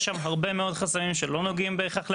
יש שם הרבה מאוד חסמים שלא נוגעים בהכרח לממשלה,